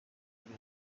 kuri